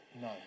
No